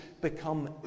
become